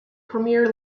premier